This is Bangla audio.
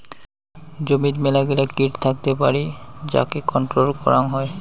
জমিত মেলাগিলা কিট থাকত পারি যাকে কন্ট্রোল করাং হই